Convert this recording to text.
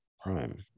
Prime